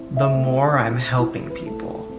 the more i'm helping people,